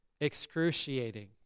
excruciating